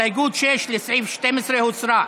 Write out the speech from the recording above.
הסתייגות 6, לסעיף 12, הוסרה.